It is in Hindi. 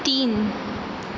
तीन